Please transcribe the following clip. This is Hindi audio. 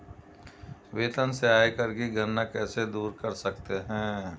वेतन से आयकर की गणना कैसे दूर कर सकते है?